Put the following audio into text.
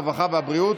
הרווחה והבריאות.